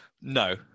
No